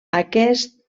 aquest